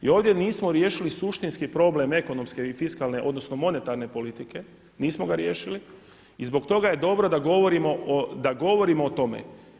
I ovdje nismo riješili suštinski problem ekonomske i fiskalne, odnosno monetarne politike, nismo ga riješili i zbog toga je dobro da govorimo o tome.